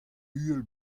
uhel